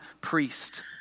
priest